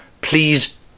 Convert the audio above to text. Please